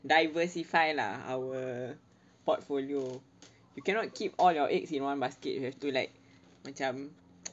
diversify lah our portfolio you cannot keep all your eggs in one basket you have to like macam